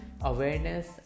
Awareness